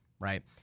right